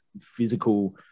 physical